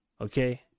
Okay